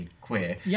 queer